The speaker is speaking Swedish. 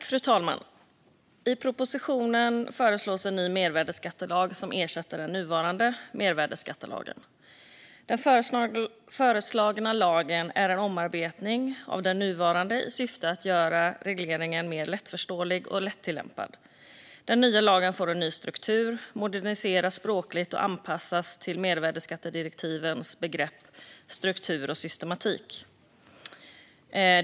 Fru talman! I propositionen föreslås en ny mervärdesskattelag som ersätter den nuvarande mervärdesskattelagen. Den föreslagna lagen är en omarbetning av den nuvarande i syfte att göra regleringen mer lättförståelig och lättillämpad. Den nya lagen får en ny struktur, moderniseras språkligt och anpassas till mervärdesskattedirektivets begrepp, struktur och systematik.